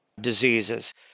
diseases